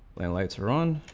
lights are on